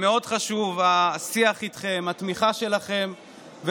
השיח איתכם והתמיכה שלכם חשובים מאוד,